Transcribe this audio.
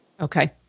Okay